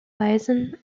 bison